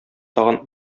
тагын